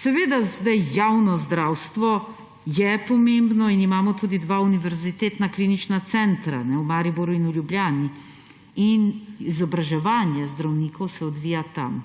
Seveda javno zdravstvo je pomembno in imamo tudi dva univerzitetna klinična centra v Mariboru in v Ljubljani. Izobraževanje zdravnikov se odvija tam.